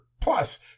plus